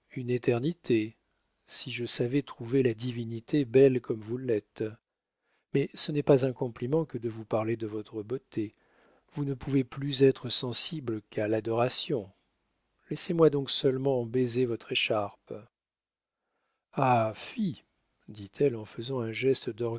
une éternité si je savais trouver la divinité belle comme vous l'êtes mais ce n'est pas un compliment que de vous parler de votre beauté vous ne pouvez plus être sensible qu'à l'adoration laissez-moi donc seulement baiser votre écharpe ah fi dit-elle en faisant un geste